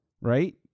right